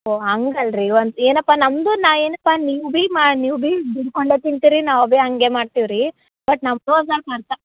ಓ ಹಂಗಲ್ಲ ರೀ ಈ ಒಂದು ಏನಪ್ಪ ನಮ್ಮದು ನಾ ಏನಪ್ಪ ನಿಮ್ದು ಭಿ ಮಾ ನೀವು ಭಿ ದುಡ್ಕೊಂಡೆ ತಿಂತೀರಿ ನಾವು ಭಿ ಹಾಗೆ ಮಾಡ್ತಿವಿ ರೀ ಬಟ್ ನಮ್ಮದು ಒಂದು ಸ್ವಲ್ಪ್ ಅರ್ಥ